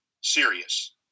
serious